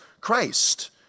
Christ